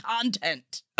content